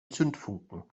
zündfunken